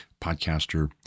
podcaster